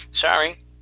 Sorry